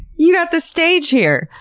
you got the stage here!